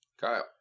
Kyle